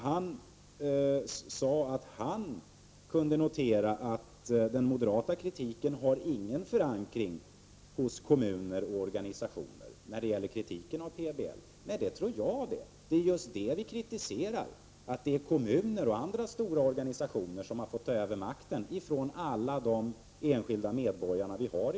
Han hade kunnat notera att den moderata kritiken av PBL inte har någon förankring hos kommuner och organisationer. Nej, det tror jag det. Vad vi kritiserar är just att det är kommuner och stora organisationer som får ta över makten från alla enskilda medborgare i detta land.